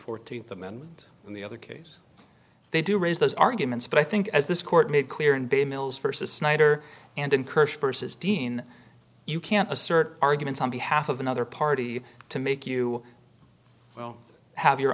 and th amendment in the other case they do raise those arguments but i think as this court made clear in bay mills versus snyder and encourage versus dean you can't assert arguments on behalf of another party to make you well have your